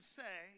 say